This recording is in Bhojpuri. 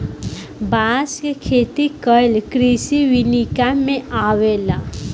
बांस के खेती कइल कृषि विनिका में अवेला